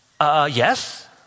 yes